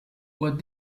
what